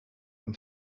them